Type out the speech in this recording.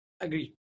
agree